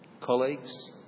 colleagues